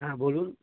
হ্যাঁ বলুন